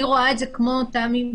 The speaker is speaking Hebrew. אני רואה את זה כמו תמי,